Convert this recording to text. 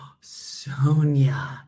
Sonia